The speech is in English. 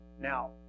Now